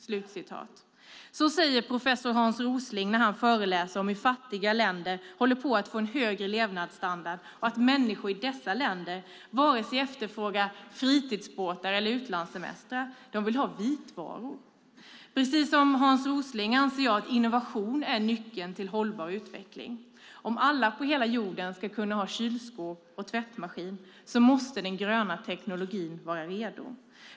Så säger professor Hans Rosling när han föreläser om hur fattiga länder håller på att få en högre levnadsstandard och att människor i dessa länder inte efterfrågar vare sig fritidsbåtar eller utlandssemestrar. De vill ha vitvaror. Precis som Hans Rosling anser jag att innovation är nyckeln till en hållbar utveckling. Om alla på hela jorden ska kunna ha kylskåp och tvättmaskin måste den gröna teknologin vara redo.